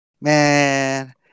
man